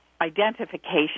identification